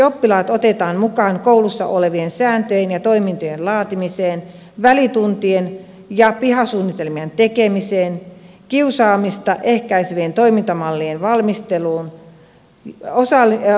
oppilaat otetaan esimerkiksi mukaan koulussa olevien sääntöjen ja toimintojen laatimiseen välituntien ja pihasuunnitelmien tekemiseen kiusaamista ehkäisevien toimintamallien valmisteluun